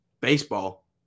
Baseball